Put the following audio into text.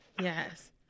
Yes